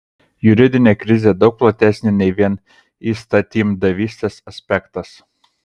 juridinė krizė daug platesnė nei vien įstatymdavystės aspektas